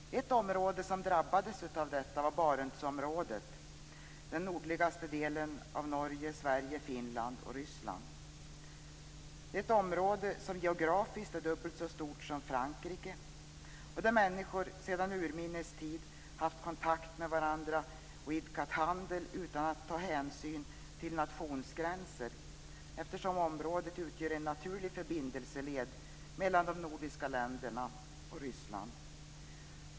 Ett område som drabbades av detta var Barentsområdet, dvs. den nordligaste delen av Norge, Sverige, Finland och Ryssland. Det är ett område som geografiskt är dubbelt så stort som Frankrike. Där har människor sedan urminnes tid haft kontakt med varandra och idkat handel utan att ta hänsyn till nationsgränser eftersom området utgör en naturlig förbindelseled mellan de nordiska länderna och Ryssland.